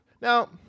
now